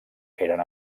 eren